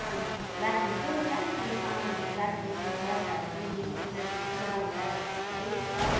के भन्छ राख्ने क्या हो सानो सानो सामानहरू राख्ने बट्टाहरू पनि देखिको लिएर ठुलठुलो बट्टाहरू सबै छ